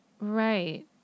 right